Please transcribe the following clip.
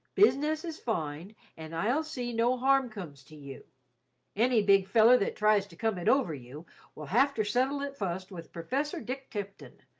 is fine an ile see no harm cums to u enny big feler that trise to cum it over u wil hafter setle it fust with perfessor dick tipton.